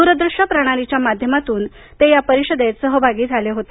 दूरदृश्य प्रणालीच्या माध्यमातून ते या परिषदेत सहभागी झाले होते